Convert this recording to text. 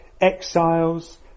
exiles